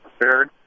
prepared